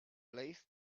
placed